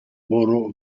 borough